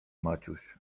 maciuś